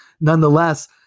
Nonetheless